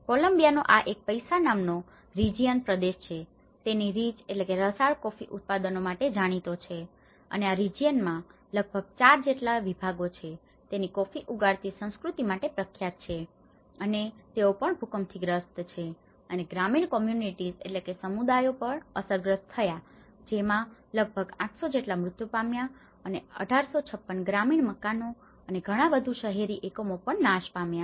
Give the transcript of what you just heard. કોલમ્બિયાનો આ પૈસા નામનો રિજિયન region પ્રદેશ જે તેની રીચ rich રસાળ કોફી ઉત્પાદનો માટે જાણીતો છે અને આ રિજિયનમાં region પ્રદેશ લગભગ 4 જેટલા વિભાગો છે જે તેની કોફી ઉગાડતી સંસ્કૃતિ માટે પ્રખ્યાત છે અને તેઓ પણ ભૂકંપથી ગ્રસ્ત છે અને ગ્રામીણ કોમ્યુનિટીસ communities સમુદાયો પણ અસરગ્રસ્ત થયા જેમાં લગભગ 800 જેટલા મૃત્યુ પામ્યા અને 1856 ગ્રામીણ મકાનો અને ઘણા વધુ શહેરી એકમો પણ નાશ પામ્યા